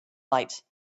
lights